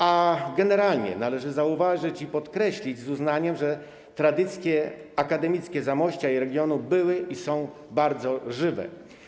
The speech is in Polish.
A generalnie należy zauważyć i podkreślić z uznaniem, że tradycje akademickie Zamościa i regionu były i są bardzo żywe.